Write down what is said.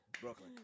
Brooklyn